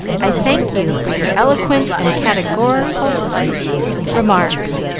i thank you for your eloquent and categorical remarks.